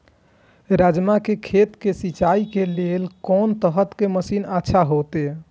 राजमा के खेत के सिंचाई के लेल कोन तरह के मशीन अच्छा होते?